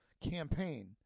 campaign